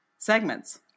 Segments